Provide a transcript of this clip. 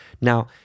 Now